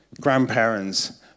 Grandparents